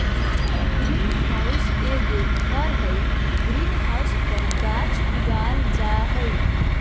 green house एगो घर हइ, ग्रीन हाउस पर गाछ उगाल जा हइ